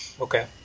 Okay